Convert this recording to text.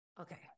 Okay